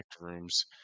rooms